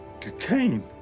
Cocaine